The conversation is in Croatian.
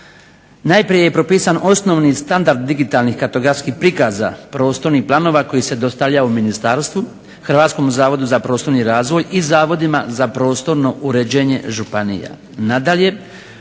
Najprije je propisan osnovni standard digitalnih kartografskih prikaza prostornih planova koji se dostavlja u ministarstvu Hrvatskom zavodu za prostorni razvoj i zavodima za prostorno uređenje županija.